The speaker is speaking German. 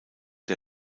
der